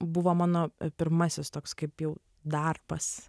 buvo mano pirmasis toks kaip jau darbas